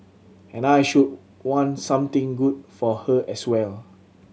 and I should want something good for her as well